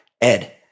Ed